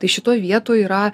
tai šitoj vietoj yra